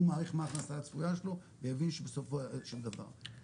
הוא מעריך מה ההכנסה הצפויה שלו ויבין שבסוף אין שום דבר.